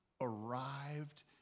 arrived